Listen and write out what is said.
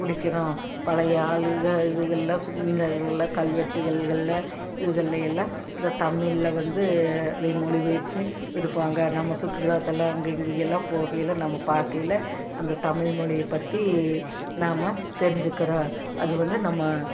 பிடிக்கிறோம் பழைய ஆளுக இதுகெல்லாம் சின்னதுகளில் கல்வெட்டுகளில் இதுகலையெல்லாம் இந்த தமிழில் வந்து இதை மொழி பெயர்த்து இருக்குவாங்க நம்ம சுற்றுலா தலம் அங்கே இங்கேயெல்லாம் போகையில நம்ம பார்க்கையில அந்த தமிழ்மொழிய பற்றி நாம தெரிஞ்சிக்கிறோம் அது வந்து நம்ம